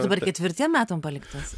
dabar ketvirtiem metam paliktas